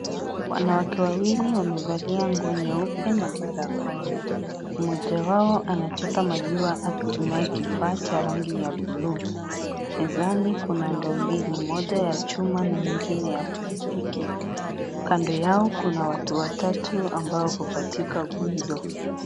Wanawake wawili wamevalia nguo nyeupe na barakoa, moja wao anachota maziwa akitume kifaa cha rangi ya bluu. Mezani kuna ndoo mbili moja ya chuma na nyingine ya plastiki kando yao kuna watu watatu ambao wako katika gumzo .